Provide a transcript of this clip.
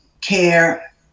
care